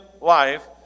life